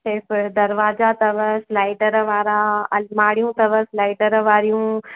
safe दरवाजा अथव slider वारा अलमारियूं अथव सलाइडर वारियूं